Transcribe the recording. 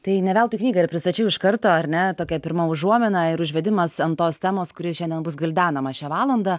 tai ne veltui knygą ir pristačiau iš karto ar ne tokia pirma užuomina ir užvedimas ant tos temos kuri šiandien bus gvildenama šią valandą